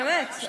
באמת.